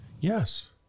Yes